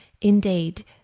Indeed